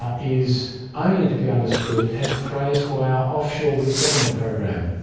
ah is only to be understood as praise for our offshore resettlement program.